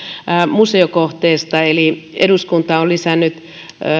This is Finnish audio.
museokohteesta eduskunta on lisännyt